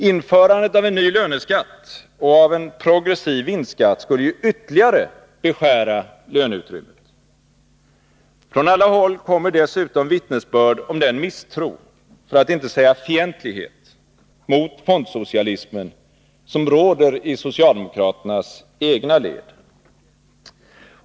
Införandet av en ny löneskatt och av en progressiv vinstskatt skulle ju ytterligare beskära löneutrymmet. Från alla håll kommer dessutom vittnesbörd om den misstro — för att inte säga fientlighet — mot fondsocialismen som råder i socialdemokraternas egna led.